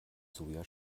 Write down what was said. soja